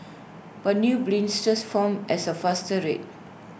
but new blisters formed at A faster rate